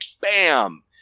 bam